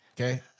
okay